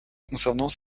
concernant